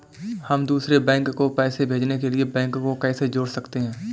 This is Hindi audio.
हम दूसरे बैंक को पैसे भेजने के लिए बैंक को कैसे जोड़ सकते हैं?